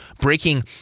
breaking